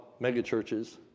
megachurches